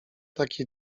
takie